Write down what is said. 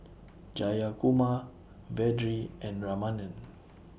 Jayakumar Vedre and Ramanand